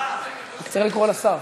צריך לקרוא לשר.